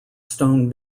stone